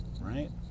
right